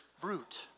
fruit